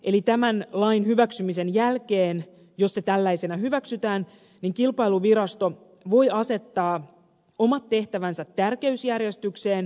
eli tämän lain hyväksymisen jälkeen jos se tällaisena hyväksytään kilpailuvirasto voi asettaa omat tehtävänsä tärkeysjärjestykseen